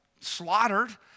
slaughtered